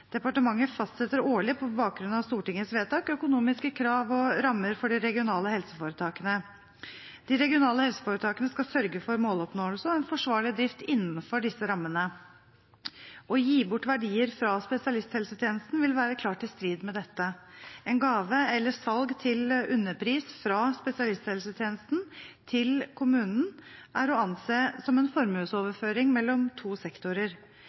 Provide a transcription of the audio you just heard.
Departementet fastsetter årlig, på bakgrunn av Stortingets vedtak, økonomiske krav og rammer for de regionale helseforetakene. De regionale helseforetakene skal sørge for måloppnåelse og en forsvarlig drift innenfor disse rammene. Å gi bort verdier fra spesialisthelsetjenesten vil være klart i strid med dette. En gave eller salg til underpris fra spesialisthelsetjenesten til kommunen er å anse som en formuesoverføring mellom to sektorer.